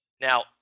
Now